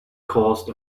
caused